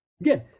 Again